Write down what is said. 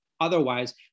Otherwise